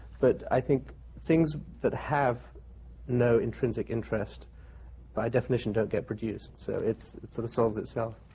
but i think things that have no intrinsic interest by definition don't get produced, so it sort of solves itself.